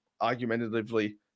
argumentatively